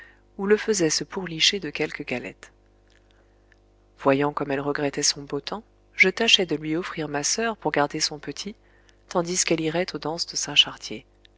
ou le faisait se pourlicher de quelque galette voyant comme elle regrettait son beau temps je tâchai de lui offrir ma soeur pour garder son petit tandis qu'elle irait aux danses de saint chartier